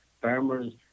farmers